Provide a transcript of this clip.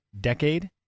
decade